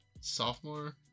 sophomore